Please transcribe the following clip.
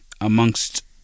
amongst